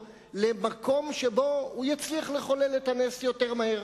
למקום שבו הוא יצליח לחולל את הנס יותר מהר.